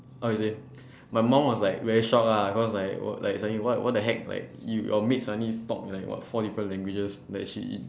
how to say my mum was like very shocked lah cause like like suddenly what what the heck l~ like your maid suddenly talk like what four different languages that she